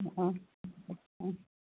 অহ অহ